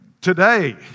Today